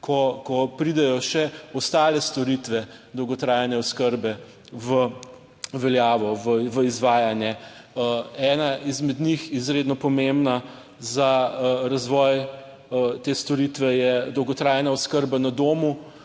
ko pridejo še ostale storitve dolgotrajne oskrbe v veljavo, v izvajanje. Ena izmed njih, izredno pomembna za razvoj te storitve, je dolgotrajna oskrba na domu,